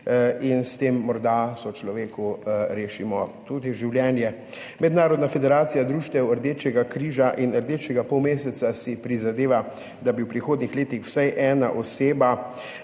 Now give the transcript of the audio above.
in s tem morda sočloveku rešimo življenje. Mednarodna federacija društev Rdečega križa in Rdečega polmeseca si prizadeva, da bi v prihodnjih letih vsaj ena oseba